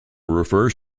refers